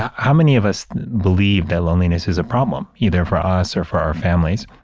how many of us believe that loneliness is a problem either for us or for our families?